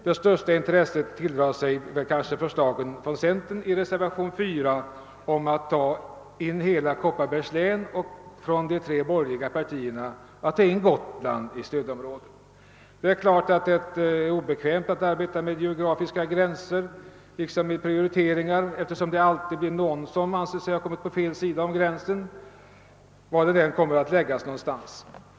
Det största intresset tilldrar sig kanske förslagen från centern i reservationen 4 om att ta in hela Kopparbergs län och från de tre borgerliga partierna i reservationen 5 om att ta in Gotland i stödområdet. Det är klart att det är obekvämt att arbeta med geografiska gränser, liksom med prioriteringar, eftersom det alltid blir någon som anser sig ha kommit på fel sida om gränsen, var denna än läggs.